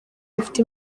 rufite